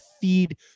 feed